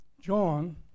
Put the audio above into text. John